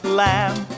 lamb